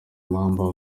impamvu